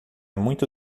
muito